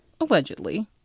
allegedly